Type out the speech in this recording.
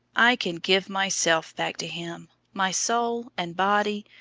i can give myself back to him, my soul and body,